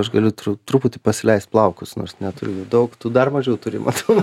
aš galiu truputį pasileist plaukus nors neturiu daug tu dar mažiau turi matau